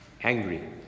angry